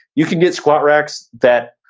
you can get squat racks that,